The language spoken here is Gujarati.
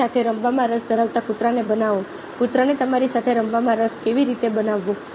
તમારી સાથે રમવામાં રસ ધરાવતા કૂતરાને બનાવો કૂતરાને તમારી સાથે રમવામાં રસ કેવી રીતે બનાવવો